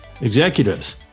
executives